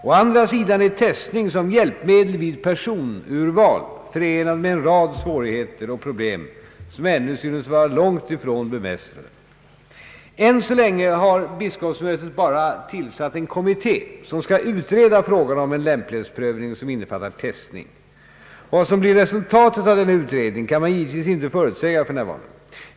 Å andra sidan är testning som hjälpmedel vid personurval förenad med en rad svårigheter och problem som ännu synes vara långt ifrån bemästrade. Än så länge har biskopsmötet bara tillsatt en kommitté som skall utreda frågan om en lämplighetsprövning som innefattar testning. Vad som blir resultatet av denna utredning kan man givetvis inte förutsäga f.n.